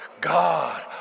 God